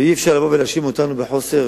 אי-אפשר לבוא ולהאשים אותנו בחוסר,